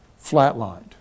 flatlined